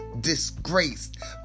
disgraced